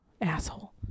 Asshole